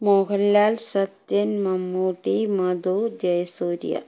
Mohanlal Sathyan Mammootty Madhu Jayasurya